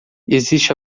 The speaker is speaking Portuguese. existe